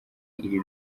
iri